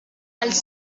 als